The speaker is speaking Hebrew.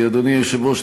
אדוני היושב-ראש,